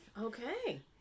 Okay